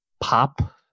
pop